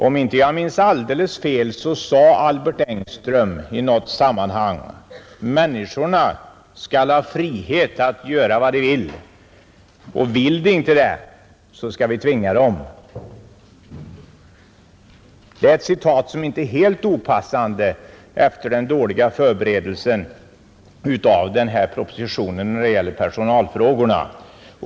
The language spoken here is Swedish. Om jag inte minns alldeles fel sade Albert Engström i något sammanhang: Människorna skall ha frihet att göra vad de vill, och vill de inte det så skall vi tvinga dem. Det är ett citat som inte är helt opassande efter den dåliga förberedelsen av personalfrågorna i denna proposition.